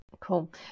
Cool